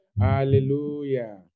Hallelujah